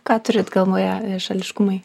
ką turit galvoje šališkumai